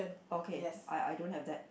okay I I don't have that